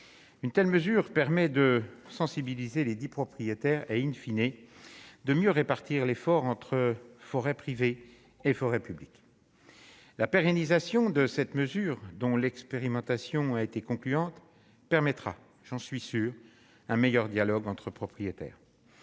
une telle mesure permet de sensibiliser les dits propriétaires et in fine et de mieux répartir l'effort entre forêts privées et forêts publiques la pérennisation de cette mesure, dont l'expérimentation a été concluante permettra, j'en suis sûr un meilleur dialogue entre propriétaires,